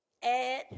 Add